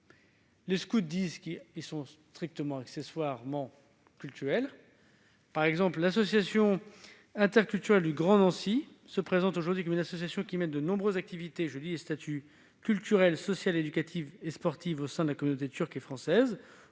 Les scouts disent qu'ils sont strictement accessoirement cultuels. Par exemple, l'Association interculturelle du Grand Nancy se présente dans son statut comme une association qui mène des activités culturelles, sociales, éducatives et sportives au sein de la communauté turque et française,